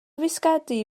fisgedi